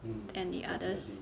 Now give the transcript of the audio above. than the others